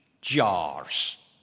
jars